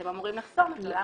אתם אמורים לחסום את זה.